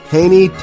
Haney